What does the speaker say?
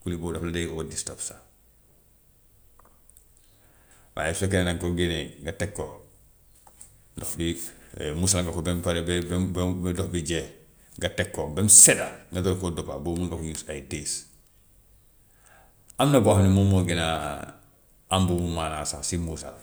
kuli boobu dafa lier, waaye su fekkee ne danga koo génnee nga teg ko ndox bi muusal ko ba mu pare ba ba mu ba mu ba ndox bi jeex nga teg ko ba mu sedda nga door koo dëppa boobu moom doo fa gis ay tiis. Am na boo xam ne moom moo gën a am boobu maanaa sax si muusal.